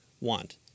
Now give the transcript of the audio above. want